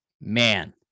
man